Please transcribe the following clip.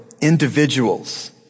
individuals